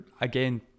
again